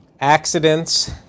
accidents